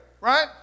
right